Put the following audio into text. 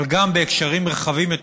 אבל גם בהקשרים רחבים יותר.